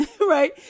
right